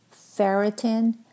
Ferritin